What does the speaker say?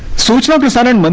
sort of of the simon